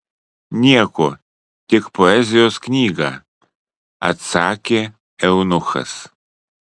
nieko tik poezijos knygą atsakė eunuchas